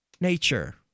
nature